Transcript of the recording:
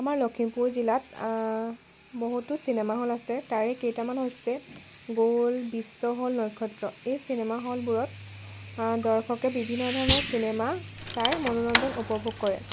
আমাৰ লখিমপুৰ জিলাত বহুতো চিনেমা হল আছে তাৰেই কেইটামান হৈছে গ'ল্ড বিশ্ব হল নক্ষত্ৰ এই চিনেমা হলবোৰত দৰ্শকে বিভিন্ন ধৰণৰ চিনেমা চাই মনোৰঞ্জন উপভোগ কৰে